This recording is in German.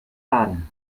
baden